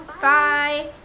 bye